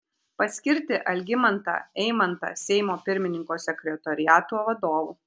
paskirti algimantą eimantą seimo pirmininko sekretoriato vadovu